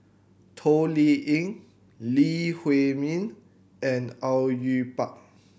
Toh Liying Lee Huei Min and Au Yue Pak